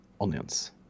onions